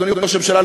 אדוני ראש הממשלה,